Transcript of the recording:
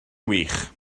wych